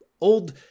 old